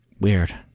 Weird